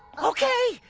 okay!